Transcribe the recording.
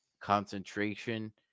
concentration